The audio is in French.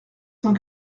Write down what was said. cent